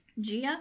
Gia